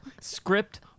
Script